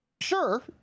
sure